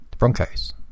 Broncos